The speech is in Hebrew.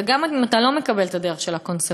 וגם אם אתה לא מקבל את הדרך של הקונסרבטיבים,